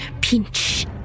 Pinch